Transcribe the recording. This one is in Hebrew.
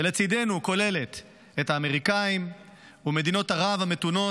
שכוללת את האמריקאים ומדינות ערב המתונות,